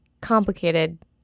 complicated